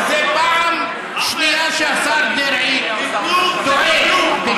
זו פעם שנייה שהשר דרעי טועה, תיתנו, תקבלו.